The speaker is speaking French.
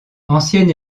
ancien